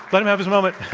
let him have his moment.